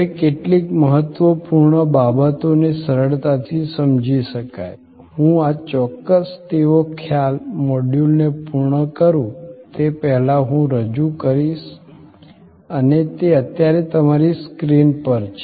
હવે કેટલીક મહત્વપૂર્ણ બાબતો ને સરળતાથી સમજી શકાય હું આ ચોક્કસ તેવો ખ્યાલ મોડ્યુલને પૂર્ણ કરું તે પહેલાં હું રજૂ કરીશ અને તે અત્યારે તમારી સ્ક્રીન પર છે